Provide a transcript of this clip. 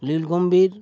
ᱞᱤᱞ ᱜᱚᱢᱵᱤᱨ